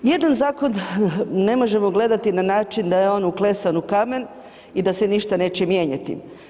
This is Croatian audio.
Nijedan zakon ne možemo gledati na način da je on uklesan u kamen i da se ništa neće mijenjati.